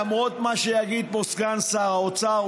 למרות מה שיגיד פה סגן שר האוצר,